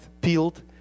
peeled